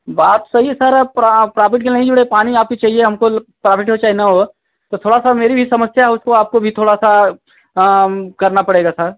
बात सही है सर अब प्रााब प्राफ़िट के नहीं पानी आप ही चाहिए हमको प्राफ़िट हो चाहे न हो तो थोड़ा सा मेरी भी स्मयस्या उसको आपको भी थोड़ा सा करना पड़ेगा सर